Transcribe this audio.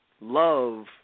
love